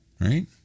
right